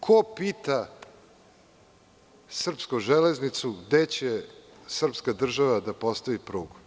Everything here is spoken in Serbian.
Ko pita srpsku železnicu gde će srpska država da postavi prugu?